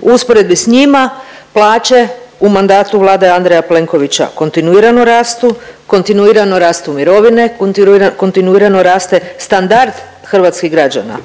U usporedbi s njima, plaće u mandatu vlade Andreja Plenkovića kontinuirano rastu, kontinuirano rastu mirovine, kontinuirano raste standard hrvatskih građana.